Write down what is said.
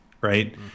right